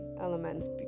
elements